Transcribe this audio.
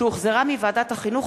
שהחזירה ועדת החינוך,